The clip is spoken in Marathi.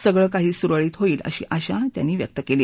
सगळ काही सुरळीत होईल अशी आशा त्यांनी व्यक्त केली